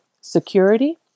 security